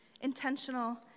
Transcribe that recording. Intentional